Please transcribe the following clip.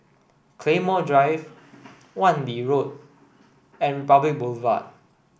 Claymore Drive Wan Lee Road and Republic Boulevard